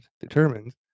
determined